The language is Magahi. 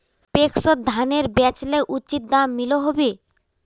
पैक्सोत धानेर बेचले उचित दाम मिलोहो होबे?